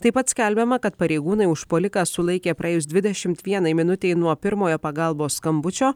taip pat skelbiama kad pareigūnai užpuoliką sulaikė praėjus dvidešimt vienai minutei nuo pirmojo pagalbos skambučio